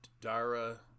Dara